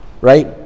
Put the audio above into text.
right